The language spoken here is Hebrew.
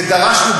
ודרשנו,